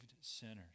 sinners